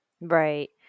Right